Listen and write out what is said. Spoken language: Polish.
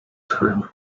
cenę